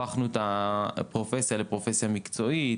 הפכנו את הפרופסיה לפרופסיה מקצועית,